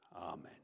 amen